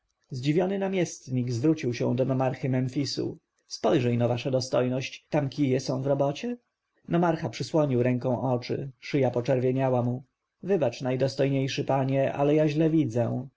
zdziwiony namiestnik zwrócił się do nomarchy memfisu spojrzyj-no wasza dostojność tam kije są w robocie nomarcha przysłonił ręką oczy szyja poczerwieniała mu wybacz najdostojniejszy panie ale ja źle widzę